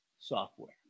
software